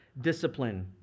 discipline